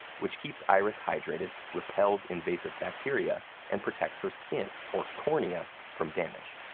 which keeps iris hydrated, repels invasive bacteria, and protects her skin, or cornea, from damage.